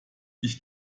dich